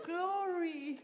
Glory